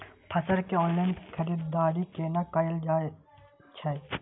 फसल के ऑनलाइन खरीददारी केना कायल जाय छै?